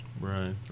Right